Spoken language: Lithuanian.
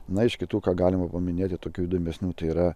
na iš kitų ką galima paminėti tokių įdomesnių tai yra